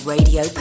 Radio